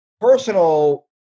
personal